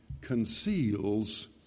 conceals